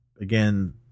Again